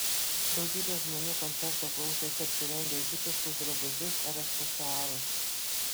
daugybė žmonių koncerto klausėsi apsirengę hipiškus drabužius ar aksesuarus